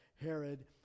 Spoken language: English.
Herod